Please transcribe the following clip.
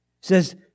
Says